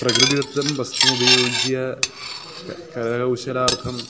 प्रकृतिदत्तं वस्तु उपयुज्य करकौशलार्थं